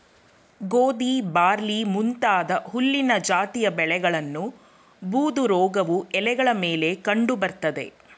ಗೋಧಿ ಬಾರ್ಲಿ ಮುಂತಾದ ಹುಲ್ಲಿನ ಜಾತಿಯ ಬೆಳೆಗಳನ್ನು ಬೂದುರೋಗವು ಎಲೆಗಳ ಮೇಲೆ ಕಂಡು ಬರ್ತದೆ